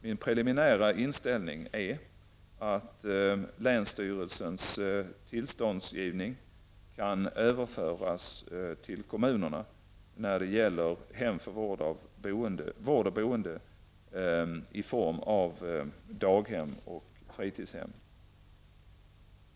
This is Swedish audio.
Min preliminära inställning är att länsstyrelsens tillståndsgivning kan överföras till kommunerna när det gäller hem för vård eller boende i form av dag och fritidshem.